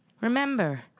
remember